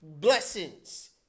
blessings